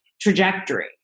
trajectory